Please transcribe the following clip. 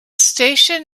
station